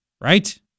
right